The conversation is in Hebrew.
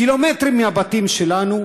קילומטרים מהבתים שלנו,